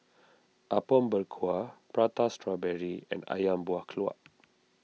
Apom Berkuah Prata Strawberry and Ayam Buah Keluak